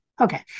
Okay